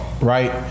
right